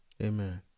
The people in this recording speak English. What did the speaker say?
Amen